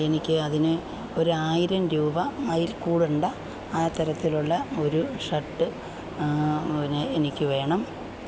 എനിക്ക് അതിന് ഒരു ആയിരം രൂപ അയിൽ കൂടണ്ട ആ തരത്തിലുള്ള ഒരു ഷർട്ട് പിന്നെ എനിക്ക് വേണം